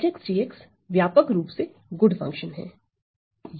Hg व्यापक रूप से गुड फंक्शन है